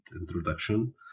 introduction